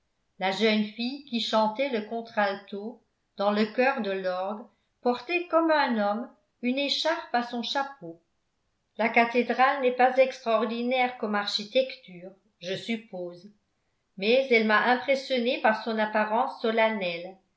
la jeune fille qui chantait le contralto dans le chœur de l'orgue portait comme un homme une écharpe à son chapeau la cathédrale n'est pas extraordinaire comme architecture je suppose mais elle m'a impressionnée par son apparence solennelle